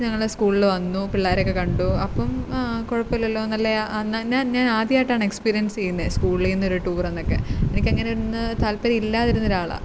ഞങ്ങൾ സ്കൂളിൽ വന്നു പിള്ളേരെയൊക്കെ കണ്ടു അപ്പം ആ കുഴപ്പമില്ലല്ലോ നല്ലതാണ് ഞാൻ ആദ്യമായിട്ടാണ് എക്സ്പീരിയൻസ് ചെയ്യുന്നത് സ്കൂകൂളിൽ നിന്ന് ഒരു ടൂർ എന്നൊക്കെ എനിക്കങ്ങനെ ഒന്നും താൽപ്പര്യമില്ലാതിരുന്ന ഒരാളാണ്